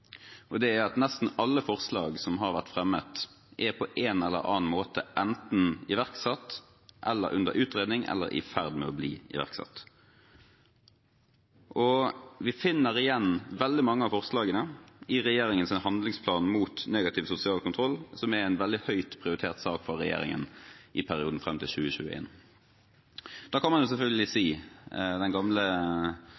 og det er at nesten alle forslag som har vært fremmet, på en eller annen måte enten er iverksatt, under utredning eller i ferd med å bli iverksatt. Vi finner igjen veldig mange av forslagene i regjeringens handlingsplan mot negativ sosial kontroll, en høyt prioritert sak for regjeringen i perioden fram til 2021. Da kan man selvfølgelig si